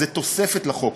זו תוספת לחוק.